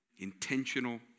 intentional